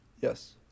Yes